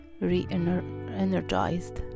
re-energized